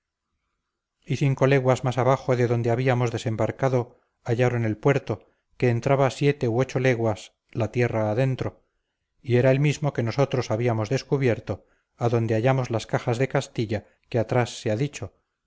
cinco leguas más abajo de donde habíamos desembarcado hallaron el puerto que entraba siete u ocho leguas la tierra adentro y era el mismo que nosotros habíamos descubierto adonde hallamos las cajas de castilla que atrás se ha dicho